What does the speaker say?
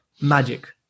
magic